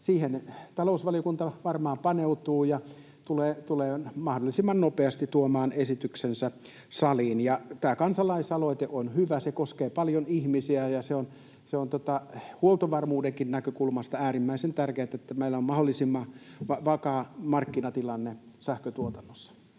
siihen talousvaliokunta varmaan paneutuu ja tulee mahdollisimman nopeasti tuomaan esityksensä saliin. Tämä kansalaisaloite on hyvä. Se koskee monia ihmisiä, ja on huoltovarmuudenkin näkökulmasta äärimmäisen tärkeätä, että meillä on mahdollisimman vakaa markkinatilanne sähköntuotannossa.